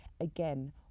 again